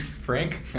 Frank